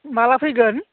माब्ला फैगोन